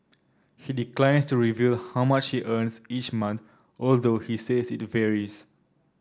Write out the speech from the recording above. he declines to reveal how much he earns each month although he says it varies